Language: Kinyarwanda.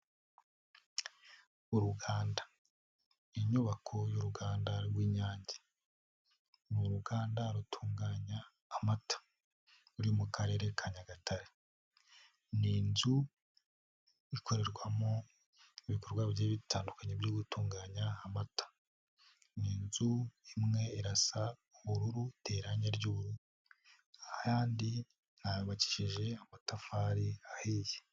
Uruganda, inyubako y'uruganda rw'inyange ni uruganda rutunganya amata, ruri mukarere ka Nyagatare, ni inzu ikorerwamo ibikorwa bigiye bitandukanye byo gutunganya amata, ni inzu imwe irasa ubururu iteye irangi ry'ubururu, ahandi bahubakishije amatafari ahiye.